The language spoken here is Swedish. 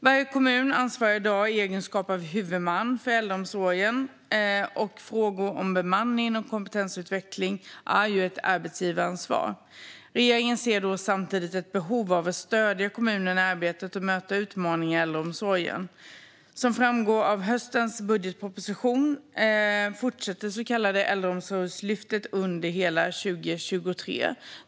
Varje kommun ansvarar i dag i egenskap av huvudman för äldreomsorgen, och frågor om bemanning och kompetensutveckling är ett arbetsgivaransvar. Regeringen ser samtidigt ett behov av att stödja kommunerna i arbetet med att möta utmaningar i äldreomsorgen. Som framgår av höstens budgetproposition fortsätter det så kallade Äldreomsorgslyftet under hela 2023.